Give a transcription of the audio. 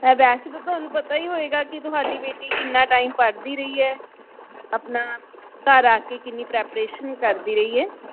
ਵੈਸੇ ਤਾਂ ਤੁਹਾਨੂੰ ਪਤਾ ਹੀ ਹੋਏਗਾ ਕਿ ਤੁਹਾਡੀ ਬੇਟੀ ਕਿੰਨਾ ਟਾਈਮ ਪੜ੍ਹਦੀ ਰਹੀ ਹੈ ਆਪਣਾ ਘਰ ਆ ਕੇ ਕਿੰਨੀ ਪ੍ਰੈਪਰੇਸ਼ਨ ਕਰਦੀ ਰਹੀ ਹੈ